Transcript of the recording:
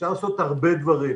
אפשר לעשות הרבה דברים,